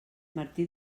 martí